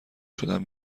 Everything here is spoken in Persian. شدن